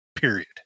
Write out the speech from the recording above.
period